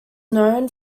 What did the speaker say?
known